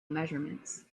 measurements